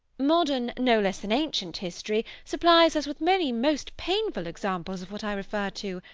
modern, no less than ancient history, supplies us with many most painful examples of what i refer to.